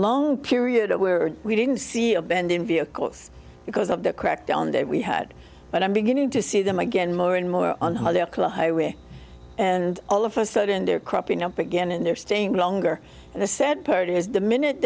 long period where we didn't see abandoned vehicles because of the crackdown that we had but i'm beginning to see them again more and more on their club highway and all of a sudden they're cropping up again and they're staying longer and the said part is the minute